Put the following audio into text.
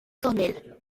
cornell